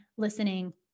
listening